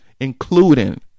including